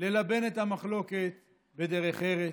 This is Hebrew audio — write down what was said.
ללבן את המחלוקת בדרך ארץ,